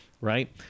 right